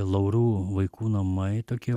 laurų vaikų namai tokie